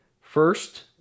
First